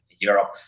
Europe